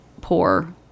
poor